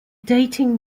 dating